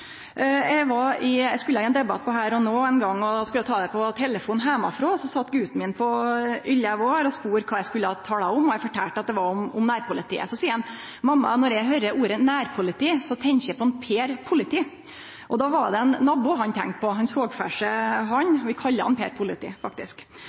Eg skulle ein gong i ein debatt på «Her og Nå», og då skulle eg ta det på telefon heimafrå. Guten min på elleve år spurde kva eg skulle snakke om, og eg fortalde at det var om nærpolitiet. Så seier han: Mamma, når eg høyrer ordet «nærpoliti», så tenkjer eg på han Per Politi. Då var det ein nabo han tenkte på. Han